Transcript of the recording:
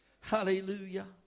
Hallelujah